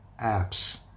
apps